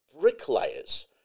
bricklayers